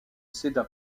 céda